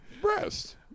breast